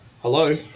hello